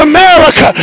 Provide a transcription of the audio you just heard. America